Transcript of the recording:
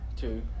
Two